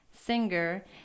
singer